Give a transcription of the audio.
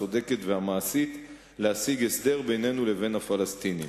הצודקת והמעשית להשיג הסדר בינינו לבין הפלסטינים.